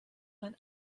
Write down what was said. ein